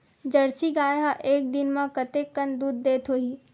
Jersey गाय ह एक दिन म कतेकन दूध देत होही?